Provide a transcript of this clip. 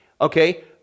okay